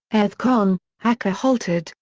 athcon, hacker halted,